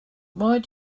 why